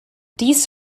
dies